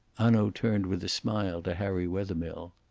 hanaud turned with a smile to harry wethermill.